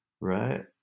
right